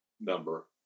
number